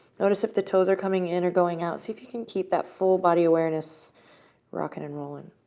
notice if the toes are coming in or going out. see if you can keep that full body awareness rocking and rolling.